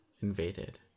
invaded